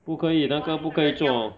不可以那个不可以做